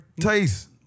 taste